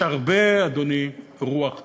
אדוני, יש הרבה רוח טובה,